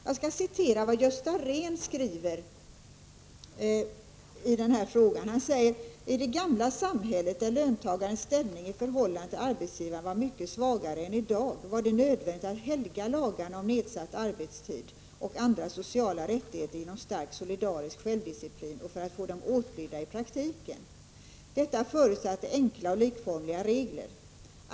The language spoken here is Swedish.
Jag skall citera vad Gösta Rehn skriver i denna fråga. Han säger: ”I det gamla samhället, där löntagarens ställning i förhållande till arbetsgivaren var mycket svagare än i dag, var det nödvändigt att helga lagarna om nedsatt arbetstid och andra sociala rättigheter genom stark solidarisk självdiciplin för att få dem åtlydda i praktiken. Detta förutsatte enkla och likformiga regler.